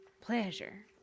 Pleasure